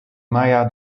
maya